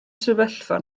sefyllfa